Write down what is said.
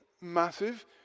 massive